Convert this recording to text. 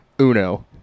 Uno